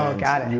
ah got